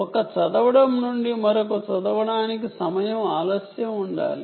ఒక రీడ్ నుండి మరొక రీడ్ కి టైం డిలే ఉండాలి